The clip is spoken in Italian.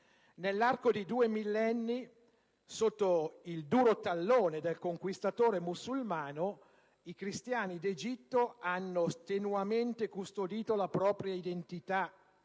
Nell'arco di due millenni, sotto il duro tallone del conquistatore musulmano, i cristiani d'Egitto hanno strenuamente custodito la propria identità,